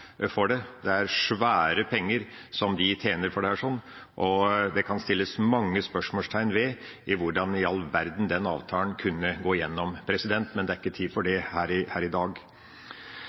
for det. De tjener svære penger på dette, og det kan settes mange spørsmålstegn ved hvordan i all verden den avtalen kunne gå gjennom, men det er ikke tid for det her i